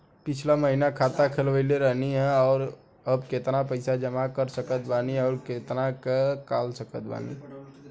पिछला महीना खाता खोलवैले रहनी ह और अब केतना पैसा जमा कर सकत बानी आउर केतना इ कॉलसकत बानी?